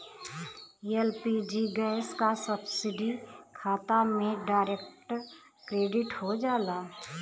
LPG gas क subsidy खाता में डायरेक्ट क्रेडिट हो जाला